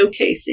showcasing